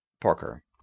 Parker